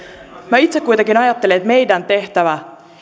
minä itse kuitenkin ajattelen että meidän tehtävämme